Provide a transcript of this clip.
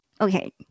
Okay